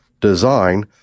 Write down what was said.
Design